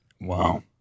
Wow